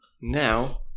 now